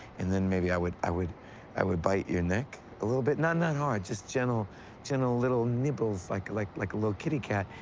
and then, maybe i would i would i would bite your neck a little bit. not not hard. just gentle gentle little nibbles, like like like a little kitty cat,